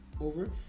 over